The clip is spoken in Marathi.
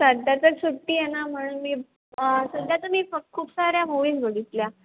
सध्या तर सुट्टी आहे ना म्हणून मी सध्या तर मी फक् खूप साऱ्या मूवीज बघितल्या